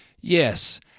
Yes